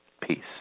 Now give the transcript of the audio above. Peace